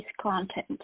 content